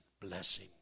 blessing